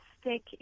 stick